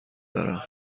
دارم